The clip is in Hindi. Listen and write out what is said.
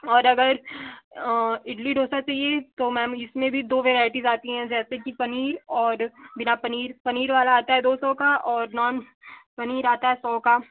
और अगर इडली डोसा चाहिए तो वो मैम इसमें भी दो वैराईटीज आती हैं जैसे कि पनीर और बिना पनीर पनीर वाला आता है दो सौ का और नॉन पनीर आता है सौ का